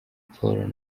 paul